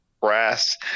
brass